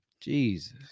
Jesus